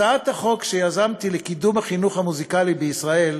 הצעת החוק שיזמתי לקידום החינוך המוזיקלי בישראל,